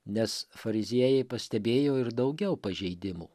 nes fariziejai pastebėjo ir daugiau pažeidimų